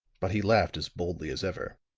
but he laughed as boldly as ever.